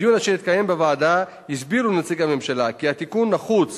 בדיון אשר התקיים בוועדה הסבירו נציגי הממשלה כי התיקון נחוץ